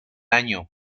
año